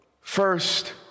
first